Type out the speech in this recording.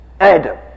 Adam